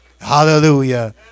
Hallelujah